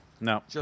No